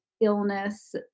illness